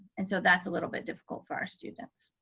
and so that's a little bit difficult for our students,